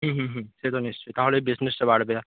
হুম হুম হুম সে তো নিশ্চয়ই তা হলে বিজনেসটা বাড়বে